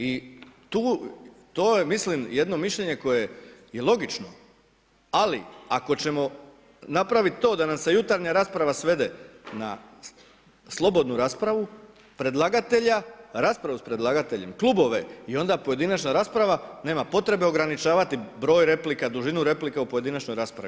I to je jedno mišljenje koje je logično ali ako ćemo napraviti to da nam se jutarnja rasprava sveden a slobodnu raspravu predlagatelja, rasprava s predlagateljem, klubove i onda pojedinačna rasprava, nema potrebe ograničavati broj replika, dužinu replika u pojedinačnoj raspravi.